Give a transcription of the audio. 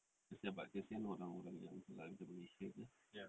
kesian but kesian orang-orang yang malaysia kan